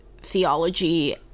theology